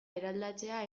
eraldatzea